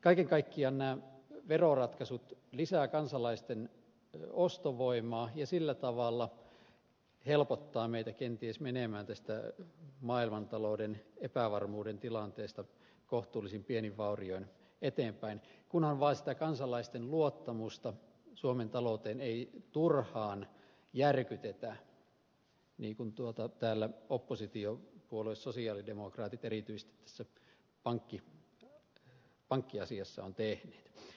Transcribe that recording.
kaiken kaikkiaan nämä veroratkaisut lisäävät kansalaisten ostovoimaa ja sillä tavalla helpottavat meitä kenties menemään tästä maailmantalouden epävarmuuden tilanteesta kohtuullisin pienin vaurioin eteenpäin kunhan vaan sitä kansalaisten luottamusta suomen talouteen ei turhaan järkytetä niin kuin täällä oppositiopuolue sosialidemokraatit erityisesti tässä pankkiasiassa on tehnyt